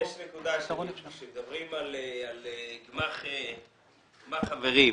כאשר מדברים על גמ"ח חברים,